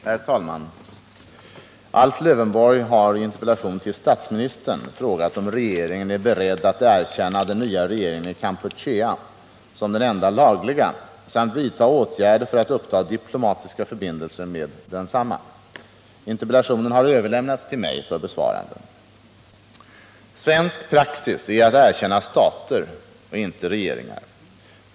Herr talman! Alf Lövenborg har i interpellation till statsministern frågat om regeringen är beredd att erkänna den nya regeringen i Kampuchea som den enda lagliga samt vidta åtgärder för att uppta diplomatiska förbindelser med densamma. Interpellationen har överlämnats till mig för besvarande. Svensk praxis är att erkänna stater och inte regeringar.